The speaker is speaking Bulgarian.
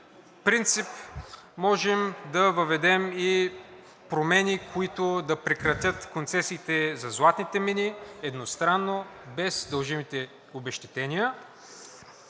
принцип можем да въведем и промени, които да прекратят концесиите за златните мини едностранно, без дължимите обезщетения.